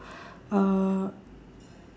uh